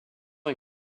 est